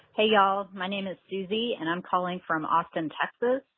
hey y'all, my name is susie, and i'm calling from austin, texas.